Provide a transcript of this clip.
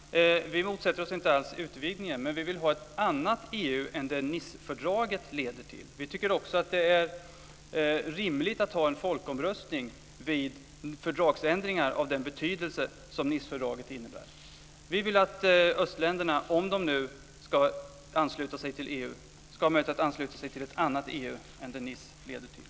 Fru talman! Vi motsätter oss inte alls utvidgningen, men vi vill ha ett annat EU än det Nicefördraget leder till. Vi tycker också att det är rimligt att ha en folkomröstning vid fördragsändringar av den betydelse som Nicefördraget innebär. Vi vill att östländerna, om de nu ska ansluta sig till EU, ska ha möjlighet att ansluta sig till ett annat EU än det Nicefördraget leder till.